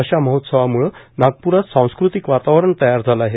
अशा महोत्सवाम्ळे नागप्रात सांस्कृतिक वातावरण तयार झाले आहे